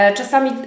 Czasami